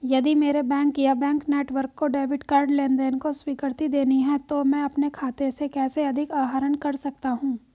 यदि मेरे बैंक या बैंक नेटवर्क को डेबिट कार्ड लेनदेन को स्वीकृति देनी है तो मैं अपने खाते से कैसे अधिक आहरण कर सकता हूँ?